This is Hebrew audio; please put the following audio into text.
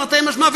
תרתי משמע,